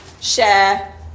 share